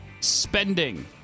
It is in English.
spending